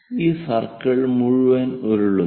ഈ സർക്കിൾ മുഴുവൻ ഉരുളുന്നു